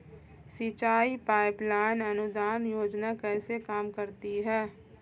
सिंचाई pipeline अनुदान योजना कैसे काम करती है?